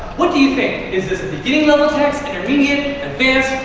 what do you think? is this beginner level text, intermediate, advanced?